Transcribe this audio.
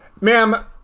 ma'am